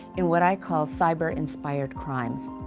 in what i call, cyber inspired crimes.